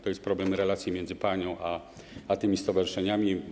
To jest problem relacji między panią a tymi stowarzyszeniami.